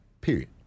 period